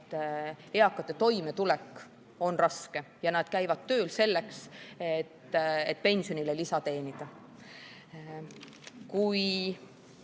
eakate toimetulek on raske ja nad käivad tööl selleks, et pensionile lisa teenida.